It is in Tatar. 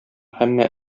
һәммә